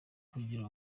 kugira